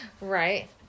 right